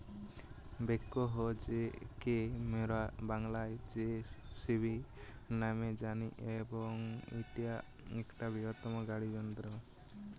backhoe কে মোরা বাংলায় যেসিবি ন্যামে জানি এবং ইটা একটা বৃহত্তম গাড়ি যন্ত্র